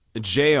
JR